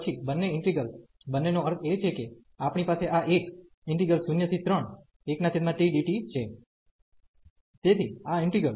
પછી બંને ઇન્ટિગ્રેલ્સ બન્ને નો અર્થ એ છે કે આપણી પાસે આ એક 031tdt છે તેથી આ ઈન્ટિગ્રલ